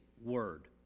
word